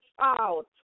out